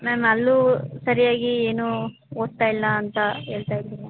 ma'am ಅಲ್ಲೂ ಸರಿಯಾಗಿ ಏನೂ ಓದ್ತಾಯಿಲ್ಲ ಅಂತ ಹೇಳ್ತಾಯಿದ್ರು ಮ್ಯಾಮ್